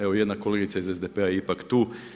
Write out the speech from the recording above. Evo jedna kolegica iz SDP-a je ipak tu.